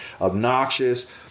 obnoxious